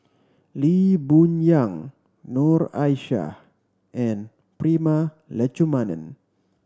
Lee Boon Yang Noor Aishah and Prema Letchumanan